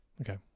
Okay